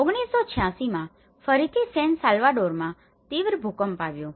1986માં ફરીથી સેન સાલ્વાડોરમાં તીવ્ર ભૂકંપ આવ્યો